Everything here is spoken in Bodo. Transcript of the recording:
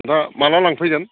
नोंथाङा माला लांफैगोन